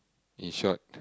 in short